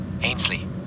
Ainsley